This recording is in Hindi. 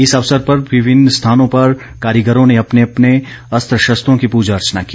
इस अवसर पर विभिन्न स्थानों पर कारीगरों ने अपने अस्त्र शस्त्रों की पूजा अर्चना की